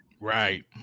right